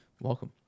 Welcome